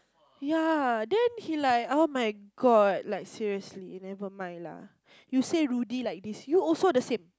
ya then he like oh-my-God like seriously never mind lah you say Rudy like this you also the same